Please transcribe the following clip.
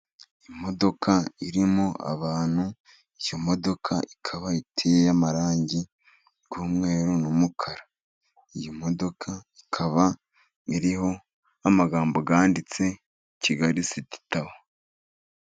Imodoka irimo abantu, iyo modoka ikaba iteye amarangi y'umweru n'umukara. Iyi modoka ikaba iriho n'amagambo yanditse "Kigali Siti Tawa."